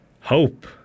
hope